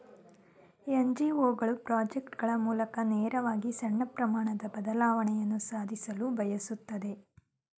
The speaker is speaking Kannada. ಎನ್.ಜಿ.ಒ ಗಳು ಪ್ರಾಜೆಕ್ಟ್ ಗಳ ಮೂಲಕ ನೇರವಾಗಿ ಸಣ್ಣ ಪ್ರಮಾಣದ ಬದಲಾವಣೆಯನ್ನು ಸಾಧಿಸಲು ಬಯಸುತ್ತೆ